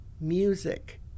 music